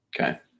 Okay